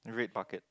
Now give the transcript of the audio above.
red bucket